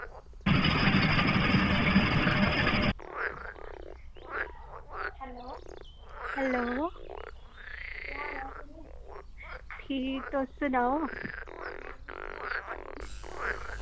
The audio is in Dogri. हैलो हैलो केह् हाल ऐ फिर ठीक तुस सनाओ